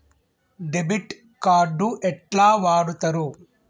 Debit card ఎట్లా వాడుతరు?